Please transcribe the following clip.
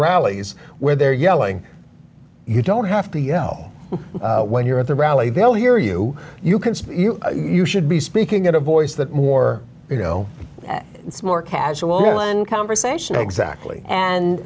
rallies where they're yelling you don't have to you know when you're at the rally they'll hear you you can see you you should be speaking at a voice that more you know it's more casual conversation exactly and